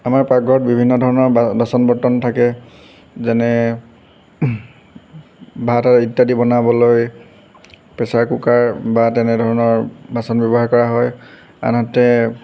আমাৰ পাকঘৰত বিভিন্ন ধৰণৰ বা বাচন বৰ্তন থাকে যেনে ভাত আৰু ইত্যাদি বনাবলৈ প্ৰেচাৰ কুকাৰ বা তেনেধৰণৰ বাচন ব্যৱহাৰ কৰা হয় আনহাতে